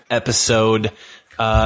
episode